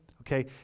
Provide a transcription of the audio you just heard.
Okay